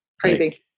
Crazy